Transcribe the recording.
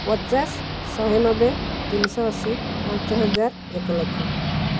ପଚାଶ ଶହେ ନବେ ତିନିଶହ ଅଶୀ ପାଞ୍ଚହଜାର ଏକ ଲକ୍ଷ